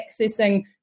accessing